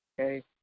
okay